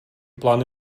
plány